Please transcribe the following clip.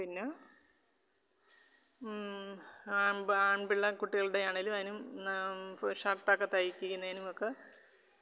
പിന്നെ ആൺപിള്ള കുട്ടികളുടെ ആണെങ്കിലും അതിനും ഷർട്ട് ഒക്കെ തയ്പ്പിക്കുന്നതിനുമൊക്കെ